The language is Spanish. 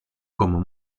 como